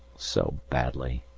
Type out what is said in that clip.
so badly!